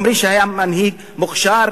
או מי שהיה מנהיג מוכשר,